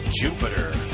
Jupiter